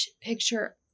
picture